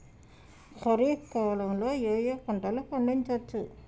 ఖరీఫ్ కాలంలో ఏ ఏ పంటలు పండించచ్చు?